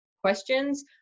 questions